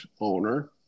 owner